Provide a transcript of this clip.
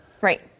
Right